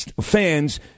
fans